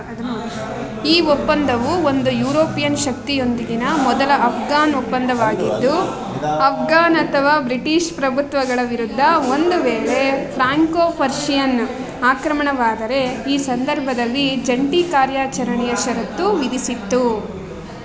ಈ ಒಪ್ಪಂದವು ಒಂದು ಯುರೋಪಿಯನ್ ಶಕ್ತಿಯೊಂದಿಗಿನ ಮೊದಲ ಅಫ್ಗಾನ್ ಒಪ್ಪಂದವಾಗಿದ್ದು ಅಫ್ಗಾನ್ ಅಥವಾ ಬ್ರಿಟೀಷ್ ಪ್ರಭುತ್ವಗಳ ವಿರುದ್ಧ ಒಂದು ವೇಳೆ ಫ್ರಾಂಕೋ ಫರ್ಷಿಯನ್ ಆಕ್ರಮಣವಾದರೆ ಈ ಸಂದರ್ಭದಲ್ಲಿ ಜಂಟಿ ಕಾರ್ಯಾಚರಣೆಯ ಷರತ್ತು ವಿಧಿಸಿತ್ತು